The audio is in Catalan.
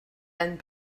any